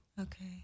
Okay